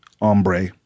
ombre